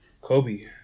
Kobe